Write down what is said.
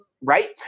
Right